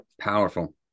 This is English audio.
powerful